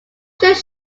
should